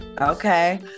Okay